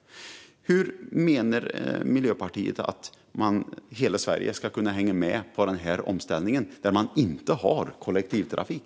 Hur menar Miljöpartiet att hela Sverige ska kunna hänga med på den här omställningen när man inte har kollektivtrafik?